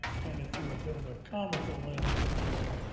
kind of through a bit of a comical lens, if you will,